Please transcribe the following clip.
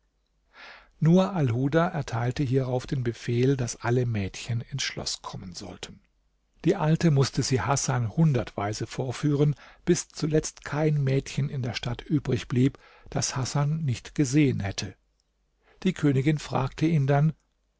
nur alhuda erteilte hierauf den befehl daß alle mädchen ins schloß kommen sollten die alte mußte sie hasan hundertweise vorführen bis zuletzt kein mädchen in der stadt übrig blieb das hasan nicht gesehen hätte die königin fragte ihn dann